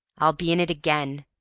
i'll be in it again.